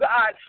God